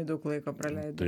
daug laiko praleido